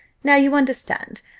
now, you understand,